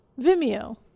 Vimeo